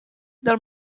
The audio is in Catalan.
del